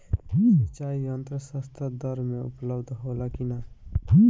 सिंचाई यंत्र सस्ता दर में उपलब्ध होला कि न?